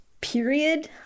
period